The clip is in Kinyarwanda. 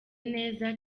neza